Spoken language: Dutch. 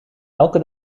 elke